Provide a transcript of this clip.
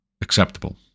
acceptable